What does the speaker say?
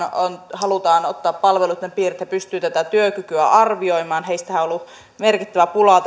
halutaan ottaa palveluitten piiriin että he pystyvät tätä työkykyä arvioimaan tämän alan osaajistahan on ollut merkittävää pulaa